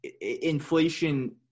inflation